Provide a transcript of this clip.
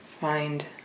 find